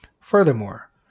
Furthermore